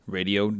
Radio